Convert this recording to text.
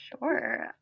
Sure